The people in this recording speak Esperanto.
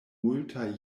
multaj